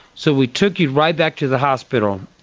so we took you right back to the hospital.